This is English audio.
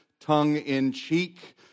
tongue-in-cheek